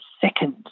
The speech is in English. second